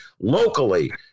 locally